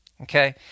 Okay